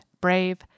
brave